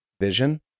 vision